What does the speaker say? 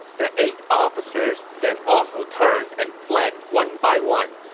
the eight officers then also turned and fled one by one,